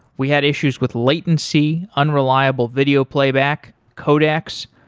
we had issues with latency, unreliable video playback, codecs.